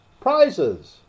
prizes